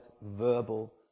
verbal